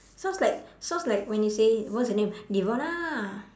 sounds like sounds like when you say what's the name devona